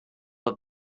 have